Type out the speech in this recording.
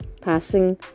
passing